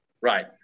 Right